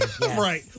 Right